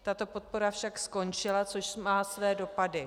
Tato podpora však skončila, což má své dopady.